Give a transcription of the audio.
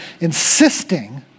insisting